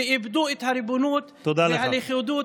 ואיבדו את הריבונות והלכידות